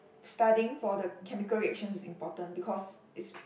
studying for the chemical reactions is important because it's